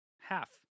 Half